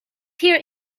hear